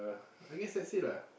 I guess that's it lah